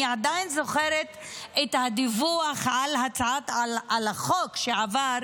אני עדיין זוכרת את הדיווח על החוק שעבר